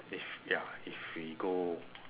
if ya if we go